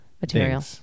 material